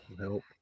help